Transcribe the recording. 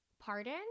Pardon